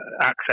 access